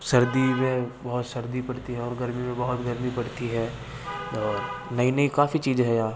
सर्दी में बहुत सर्दी पड़ती है और गर्मी में बहुत गर्मी पड़ती है और नई नई काफ़ी चीज़ें हैं यहाँ